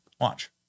Watch